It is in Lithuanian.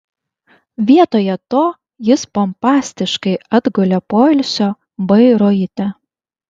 vietoje to jis pompastiškai atgulė poilsio bairoite